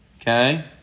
Okay